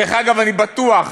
דרך אגב, אני בטוח